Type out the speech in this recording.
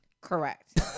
Correct